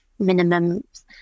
minimums